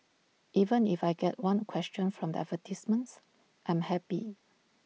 even if I get one question from the advertisements I am happy